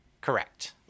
Correct